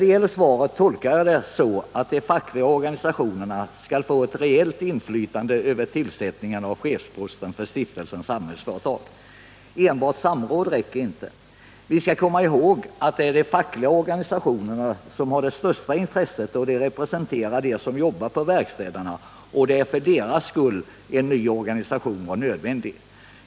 Jag tolkar svaret så, att de fackliga organisationerna skall få ett reellt inflytande över tillsättningen av chefsposten för Stiftelsen Samhällsföretag. Enbart samråd räcker inte. Vi skall komma ihåg att det är de fackliga organisationerna som har det största intresset, eftersom de representerar dem som arbetar på verkstäderna och eftersom det är för deras skull en ny organisation är nödvändig.